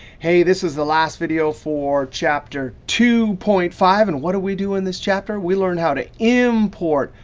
hey, this is the last video for chapter two point five. and what do we do in this chapter? we learn how to import,